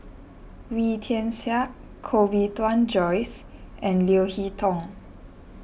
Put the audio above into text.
Wee Tian Siak Koh Bee Tuan Joyce and Leo Hee Tong